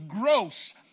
gross